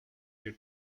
bir